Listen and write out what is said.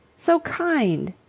so kind.